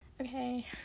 Okay